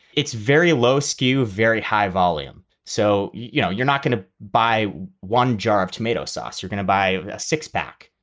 it's very low skew, very high volume. so, you know, you're not going to buy one jar of tomato sauce. you're going to buy a six pack.